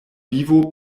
vivo